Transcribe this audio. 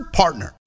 partner